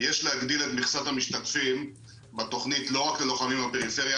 יש להגדיל את מכסת המשתתפים בתכנית לא רק ללוחמים מהפריפריה,